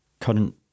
current